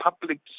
public